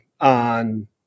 on